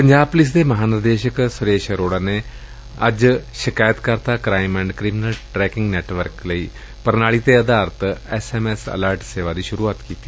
Punjab police ਦੇ ਮਹਾਂਨਿਦੇਸ਼ਕ ਸੁਰੇਸ਼ ਅਰੋੜਾ ਨੇ ਅੱਜ ਸ਼ਿਕਾਇਤ ਕਰਤਾ crime and criminal tracking network ਲਈ ਪ੍ਰਣਾਲੀ ਤੇ ਆਧਾਰਿਤ ਐਸਐਮਐਸ ਅਲਰਟ ਸੇਵਾ ਦੀ ਸ਼ੁਰੁਆਤ ਕੀਤੀ